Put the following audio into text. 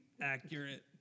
accurate